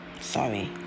sorry